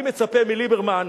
אני מצפה מליברמן,